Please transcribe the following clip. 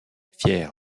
fier